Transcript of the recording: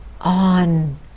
on